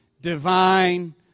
divine